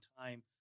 time